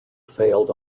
failed